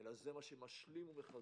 אלא זה מה שמשלים ומחזקם.